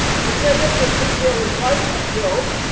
he said listen israel was right until